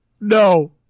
No